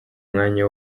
umwanya